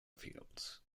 fields